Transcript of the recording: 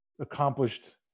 accomplished